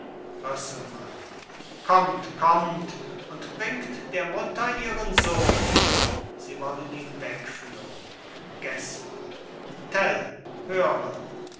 kommt kommt und bringt der mutter ihren sohn sie wollen ihn wegführen gessler tell höre